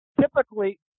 typically